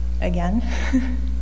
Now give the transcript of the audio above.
again